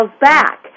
back